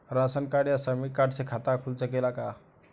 Ration card या श्रमिक card से खाता खुल सकेला का?